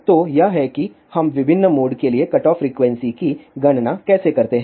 तो यह है कि हम विभिन्न मोड के लिए कटऑफ फ्रीक्वेंसी की गणना कैसे करते हैं